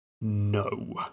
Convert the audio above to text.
no